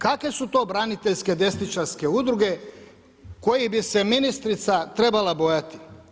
Kakve su to braniteljske desničarske udruge koje bi se ministrica trebala bojati?